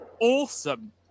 awesome